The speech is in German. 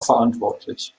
verantwortlich